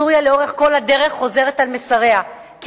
סוריה לאורך כל הדרך חוזרת על מסריה כי